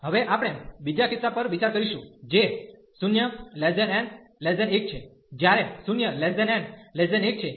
હવે આપણે બીજા કિસ્સા પર વિચાર કરીશું જે 0 n 1 છે જ્યારે 0 n 1 છે